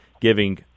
giving